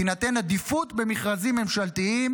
תינתן עדיפות במכרזים ממשלתיים